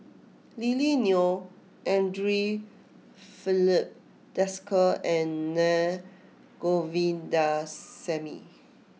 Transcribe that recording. Lily Neo Andre Filipe Desker and Naa Govindasamy